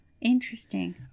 Interesting